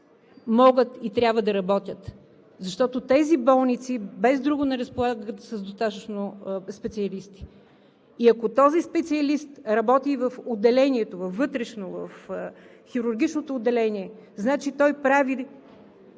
могат и трябва да работят. Защото тези болници без друго не разполагат с достатъчно специалисти и ако този специалист работи и във вътрешното отделение, в хирургичното отделение, значи той прави